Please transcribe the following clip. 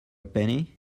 penny